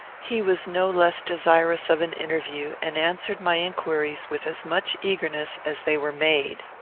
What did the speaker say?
he was no less desirous of an interview, and answered my inquiries with as much eagerness as they were made.